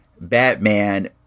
Batman